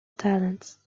talents